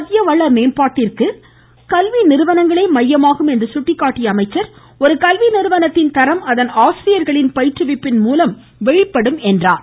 மனித வள மேம்பாட்டிற்கு கல்வி நிறுவனங்களே மையமாகும் என்று சுட்டிக்காட்டிய அமைச்சர் ஒரு கல்வி நிறுவனத்தின் தரம் அதன் ஆசிரியர்களின் பயிற்றுவிப்பின் மூலம் வெளிப்படும் என்றார்